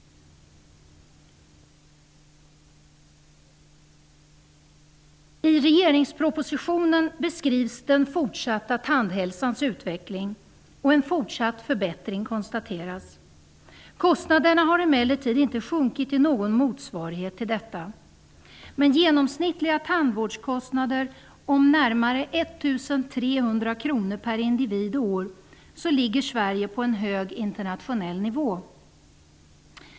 I regeringspropositionen beskrivs den fortsatta tandhälsans utveckling, och en fortsatt förbättring konstateras. Kostnaderna har emellertid inte sjunkit i någon motsvarighet till detta. Med genomsnittliga tandvårdskostnader om närmare 1 300 kr per individ och år ligger Sverige på en hög internationell nivå.